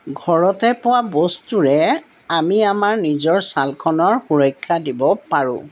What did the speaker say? ঘৰতে পোৱা বস্তুৰে আমি আমাৰ নিজৰ ছালখনৰ সুৰক্ষা দিব পাৰোঁ